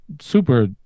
super